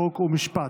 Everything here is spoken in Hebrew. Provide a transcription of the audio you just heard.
חוק ומשפט.